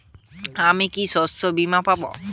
আমি কি শষ্যবীমা পাব?